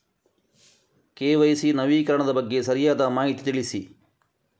KYC ನವೀಕರಣದ ಬಗ್ಗೆ ಸರಿಯಾದ ಮಾಹಿತಿ ತಿಳಿಸಿ?